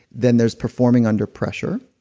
then there's performing under pressure.